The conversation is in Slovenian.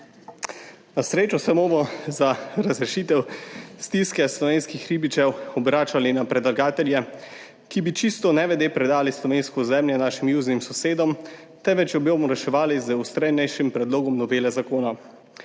Na srečo se ne bomo za razrešitev stiske slovenskih ribičev obračali na predlagatelje, ki bi čisto nevede predali slovensko ozemlje našim južnim sosedom, temveč jo bomo reševali z ustreznejšim predlogom novele zakona.